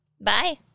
Bye